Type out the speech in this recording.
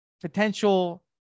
potential